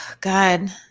God